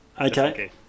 Okay